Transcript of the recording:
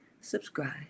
subscribe